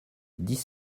dix